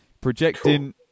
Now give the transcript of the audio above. Projecting